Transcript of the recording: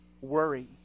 worry